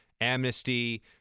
amnesty